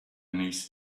niece